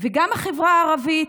גם בחברה הערבית,